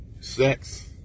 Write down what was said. Sex